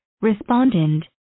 Respondent